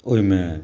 ओहिमे